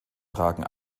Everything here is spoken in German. tragen